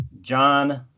John